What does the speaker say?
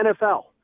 NFL